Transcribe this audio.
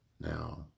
now